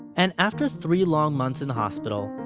and after three long months in the hospital,